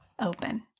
open